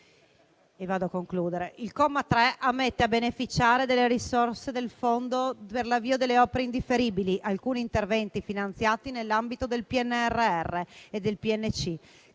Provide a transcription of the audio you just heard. Il comma 3 ammette a beneficiare delle risorse del Fondo per l'avvio delle opere indifferibili alcuni interventi finanziati nell'ambito del PNRR e del PNC,